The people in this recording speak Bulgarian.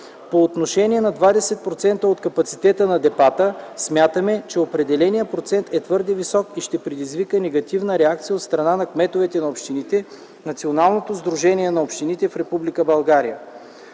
по отношение на 20% от капацитета на депата, смятаме, че определеният процент е твърде висок и ще предизвика негативна реакция от страна на кметовете на общините, Националното сдружение на общините в